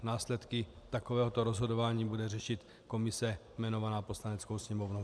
Následky takovéhoto rozhodování bude řešit komise jmenovaná Poslaneckou sněmovnou.